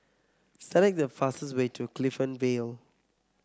select the fastest way to Clifton Vale